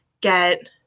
get